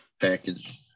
package